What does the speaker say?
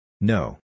No